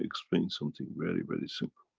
explained something very, very simple.